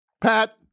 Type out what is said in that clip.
Pat